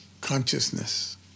consciousness